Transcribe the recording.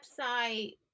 website